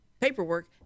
paperwork